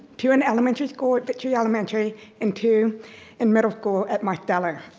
two in elementary school at victory elementary and two in middle school at marsteller.